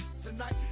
tonight